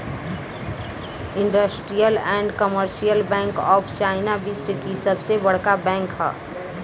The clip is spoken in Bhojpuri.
industrial and commercial bank of China विश्व की सबसे बड़का बैंक ह